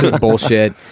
bullshit